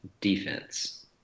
defense